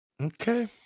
Okay